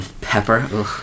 Pepper